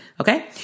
okay